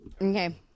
Okay